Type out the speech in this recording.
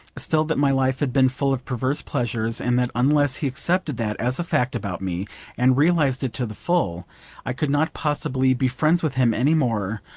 still that my life had been full of perverse pleasures, and that unless he accepted that as a fact about me and realised it to the full i could not possibly be friends with him any more,